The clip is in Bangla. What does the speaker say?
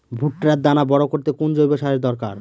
ভুট্টার দানা বড় করতে কোন জৈব সারের দরকার?